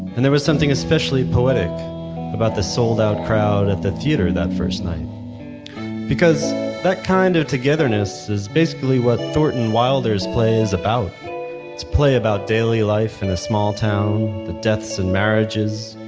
and there was something especially poetic about the sold-out crowd at the theater that first night because that kind of togetherness is basically what thornton wilder's play is about. it's a play about daily life in a small town the deaths and marriages,